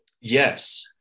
Yes